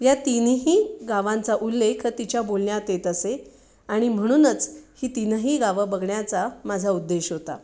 या तिन्ही गावांचा उल्लेख तिच्या बोलण्यात येत असे आणि म्हणूनच ही तिनही गावं बघण्याचा माझा उद्देश होता